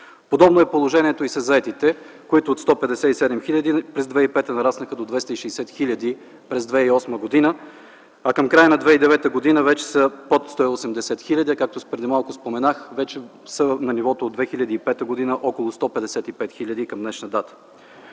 Подобно е положението и със заетите, които от 157 хил. през 2005 г. нараснаха до 260 хиляди през 2008 г., а към края на 2009 г. вече са под 180 хиляди. Както споменах преди малко, вече са на нивото от 2005 г. – около 155 хил. към днешна дата.